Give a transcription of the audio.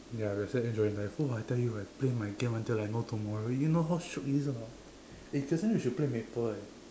ya we are still enjoying life !wah! I tell you if I play my game like there is no tomorrow you know how shiok it is or not eh next time we should play maple eh